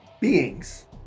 Beings